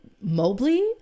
Mobley